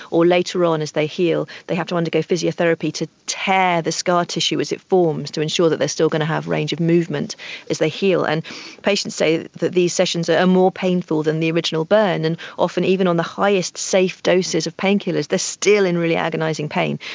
or later on as they heal they have to undergo physiotherapy to tear the scar tissue as it forms to ensure that they are still going to have range of movement as they heal. and patients say that these sessions are more painful than the original burn. and often even on the highest safe doses of pain killers, they are still in really agonising pain.